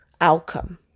outcome